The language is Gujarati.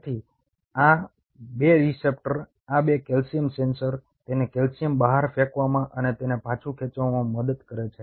તેથી આ 2 રીસેપ્ટર્સ આ 2 કેલ્શિયમ સેન્સર તેને કેલ્શિયમ બહાર ફેંકવામાં અને તેને પાછું ખેંચવામાં મદદ કરે છે